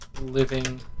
living